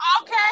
Okay